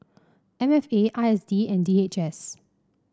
M F A I S D and D H S